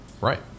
Right